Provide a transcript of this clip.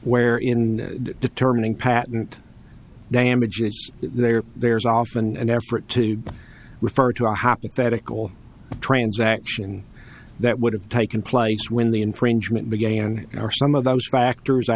where in determining patent damages there there's often an effort to refer to a happy ferric all transaction that would have taken place when the infringement began or some of those factors